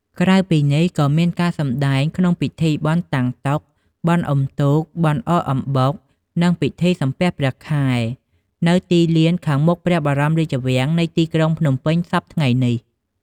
ក្រៅពីនេះ ក៏មានការសម្តែងក្នុងពិធីបុណ្យតាំងតុ បុណ្យអុំទូក បុណ្យអកអំបុក និងពិធីសំពះព្រះខែ នៅទីលានខាងមុខព្រះបរមរាជវាំងនៃទីក្រុងភ្នំពេញសព្វថ្ងៃនេះ ។